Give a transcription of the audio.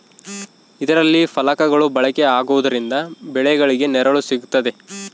ಇದರಲ್ಲಿ ಫಲಕಗಳು ಬಳಕೆ ಆಗುವುದರಿಂದ ಬೆಳೆಗಳಿಗೆ ನೆರಳು ಸಿಗುತ್ತದೆ